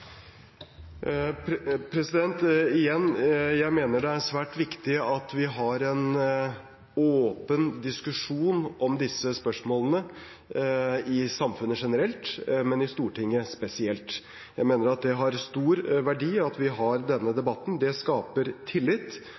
Igjen: Jeg mener det er svært viktig at vi har en åpen diskusjon om disse spørsmålene i samfunnet generelt, men i Stortinget spesielt. Jeg mener at det har stor verdi at vi har denne debatten. Det skaper tillit,